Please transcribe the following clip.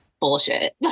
bullshit